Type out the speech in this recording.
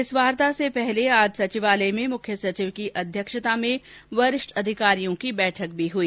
इस वार्ता से पहले आज सचिवालय में मुख्य सचिव की अध्यक्षता में वरिष्ठ अधिकारियों की बैठक भी हई